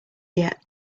yet